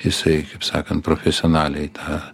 jisai kaip sakant profesionaliai tą